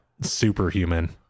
superhuman